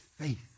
faith